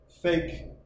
fake